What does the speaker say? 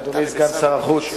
אדוני סגן שר החוץ,